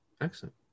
Excellent